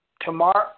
tomorrow